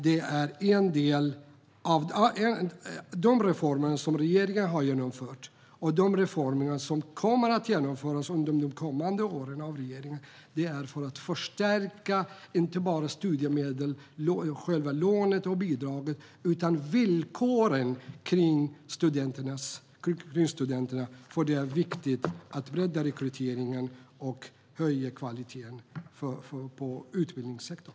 De reformer som regeringen har genomfört och de reformer som kommer att genomföras av regeringen under de kommande åren är för att förstärka inte bara studiemedel, själva lånet och bidraget, utan villkoren för studenterna. Det är viktigt att bredda rekryteringen och höja kvaliteten på utbildningssektorn.